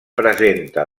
presenta